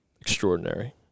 extraordinary